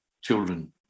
children